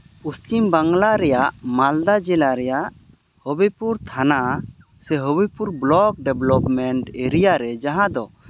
ᱯᱚᱪᱷᱤᱢ ᱵᱟᱝᱞᱟ ᱨᱮᱭᱟᱜ ᱢᱟᱞᱫᱟ ᱡᱮᱞᱟ ᱨᱮᱭᱟᱜ ᱦᱚᱵᱤᱯᱩᱨ ᱛᱷᱟᱱᱟ ᱥᱮ ᱦᱚᱵᱤᱯᱩᱨ ᱵᱞᱚᱠ ᱰᱮᱵᱷᱞᱚᱯᱢᱮᱱᱴ ᱮᱨᱤᱭᱟ ᱨᱮ ᱡᱟᱦᱟᱸ ᱫᱚ